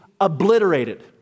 obliterated